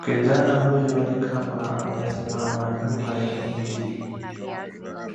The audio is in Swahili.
Kijana huyu ni kama amesimama chuma ya mti